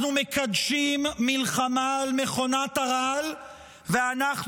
אנחנו מקדשים מלחמה על מכונת הרעל ואנחנו